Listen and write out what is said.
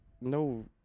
no